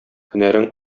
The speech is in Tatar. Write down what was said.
һөнәрең